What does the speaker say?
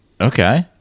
Okay